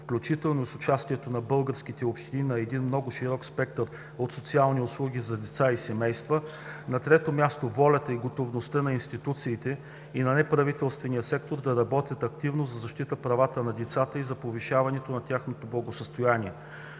включително и с участието на българските общини, на един много широк спектър от социални услуги за деца и семейства, и на трето място – волята и готовността на институциите и на неправителствения сектор да работят активно за защита правата на децата и за повишаване на тяхното благосъстояние.